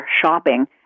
shopping